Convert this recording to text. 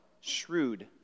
shrewd